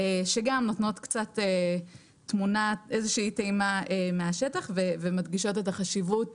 שגם נותנות איזושהי טעימה מהשטח ומדגישות את החשיבות